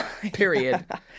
period